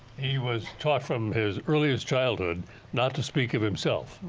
he was talking um his earliest childhood not to speak of himself.